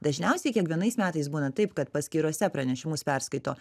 dažniausiai kiekvienais metais būna taip kad paskyrose pranešimus perskaito